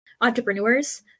entrepreneurs